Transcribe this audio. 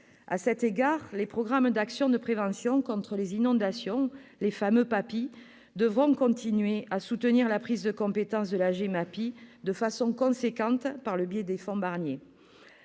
À cet égard, les programmes d'actions de prévention des inondations- les fameux PAPI -devront continuer à soutenir la prise de compétence de la GEMAPI de façon importante par le biais des fonds Barnier.